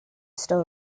still